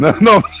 No